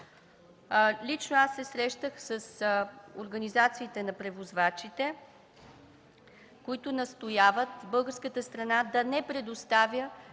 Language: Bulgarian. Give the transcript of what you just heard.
Лично аз се срещах с организациите на превозвачите, които настояват българската страна да не предоставя